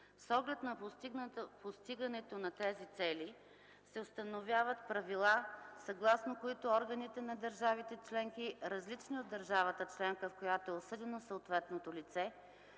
С оглед на постигането на тези цели се установяват правила, съгласно които органите на държава членка, различна от държавата членка, в която е осъдено съответното лице,